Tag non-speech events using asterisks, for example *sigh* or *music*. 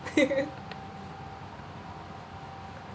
*laughs*